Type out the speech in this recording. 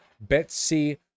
Betsy